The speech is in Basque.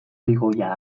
ligoia